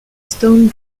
stone